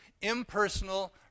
impersonal